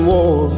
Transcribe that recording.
War